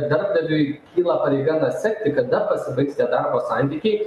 darbdaviui kyla pareiga na sekti kada pasibaigs darbo santykiai